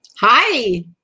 hi